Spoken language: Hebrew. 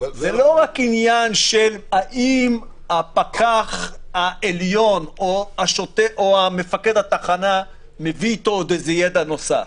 שזה לא רק האם המפקח העליון או מפקד התחנה מביא איתו ידע נוסף,